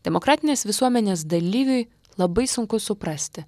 demokratinės visuomenės dalyviui labai sunku suprasti